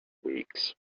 weeks